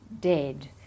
dead